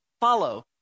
follow